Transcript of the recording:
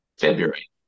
February